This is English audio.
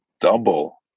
double